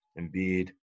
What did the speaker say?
Embiid